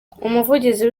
umuvugizi